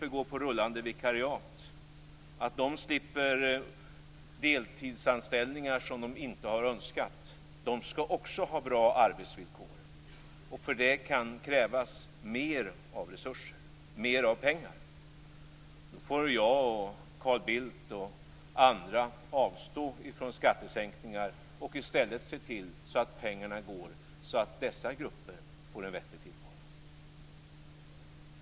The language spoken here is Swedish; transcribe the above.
För det kan krävas mer resurser och mer pengar.